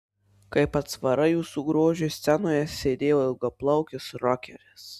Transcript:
kaip atsvara jūsų grožiui scenoje sėdėjo ilgaplaukis rokeris